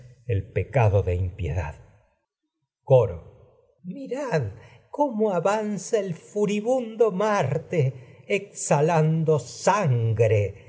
los pecado de impiedad coro halando las mirad cómo avanza el furibundo marte ex sangre